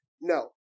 No